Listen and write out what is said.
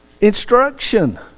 Instruction